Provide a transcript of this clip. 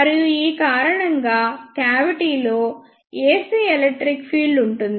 మరియు ఈ కారణంగా క్యావిటీ లో ac ఎలక్ట్రిక్ ఫీల్డ్ ఉంటుంది